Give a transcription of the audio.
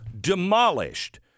demolished